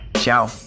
ciao